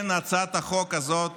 כן, הצעת החוק הזאת